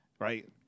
Right